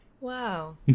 Wow